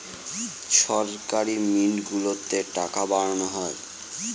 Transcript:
সরকারি মিন্ট গুলোতে টাকা বানানো হয়